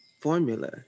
formula